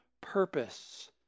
purpose